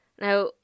Now